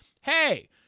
hey